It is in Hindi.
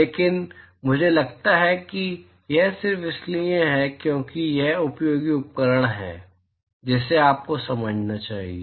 लेकिन मुझे लगता है कि यह सिर्फ इसलिए है क्योंकि यह एक उपयोगी उपकरण है जिसे आपको समझना चाहिए